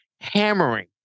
hammering